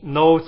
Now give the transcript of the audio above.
no